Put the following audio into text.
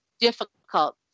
difficult